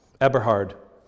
Eberhard